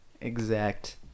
exact